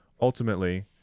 ultimately